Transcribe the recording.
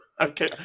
Okay